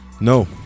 No